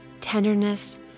tenderness